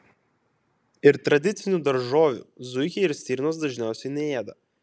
ir tradicinių daržovių zuikiai ir stirnos dažniausiai neėda